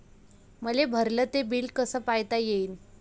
मले भरल ते बिल कस पायता येईन?